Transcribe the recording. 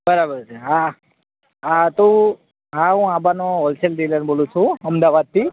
બરાબર છે હા હા તો હા હું આંબાનો હૉલસેલ ડીલર બોલું છું અમદાવાદથી